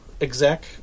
exec